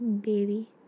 Baby